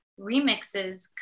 remixes